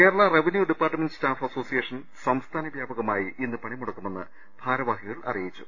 Kerala revenue department staff association സംസ്ഥാന വ്യാപകമായി ഇന്ന് പണിമുടക്കുമെന്ന് ഭാരവാഹികൾ അറിയി ച്ചു